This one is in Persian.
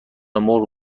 مرغ